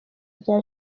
rya